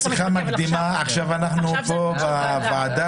זאת הייתה שיחה מקדימה, ועכשיו אנחנו פה, בוועדה.